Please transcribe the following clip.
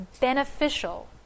beneficial